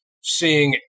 seeing